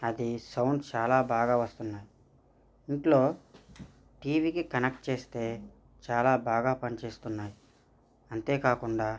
అది సౌండ్ చాలా బాగా వస్తున్నాయి ఇంట్లో టీవీకి కనెక్ట్ చేస్తే చాలా బాగా పనిచేస్తున్నాయి అంతే కాకుండా